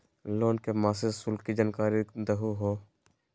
Loan के मासिक शुल्क के जानकारी दहु हो?